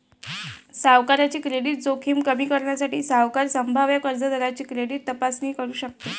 सावकाराची क्रेडिट जोखीम कमी करण्यासाठी, सावकार संभाव्य कर्जदाराची क्रेडिट तपासणी करू शकतो